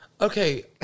Okay